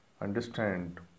understand